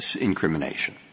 incrimination